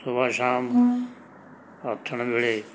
ਸੁਬਾ ਸ਼ਾਮ ਆਥਣ ਵੇਲੇ